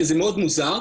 שזה מאוד מוזר,